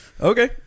Okay